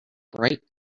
bright